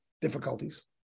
difficulties